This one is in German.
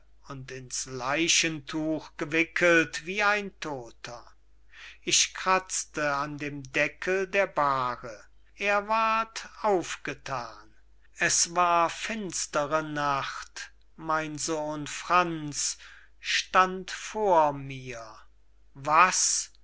und ins leichentuch gewickelt wie ein todter ich krazte an dem deckel der bahre er ward aufgethan es war finstere nacht mein sohn franz stand vor mir was